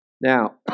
Now